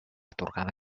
atorgada